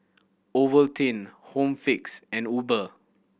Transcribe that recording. Ovaltine Home Fix and Uber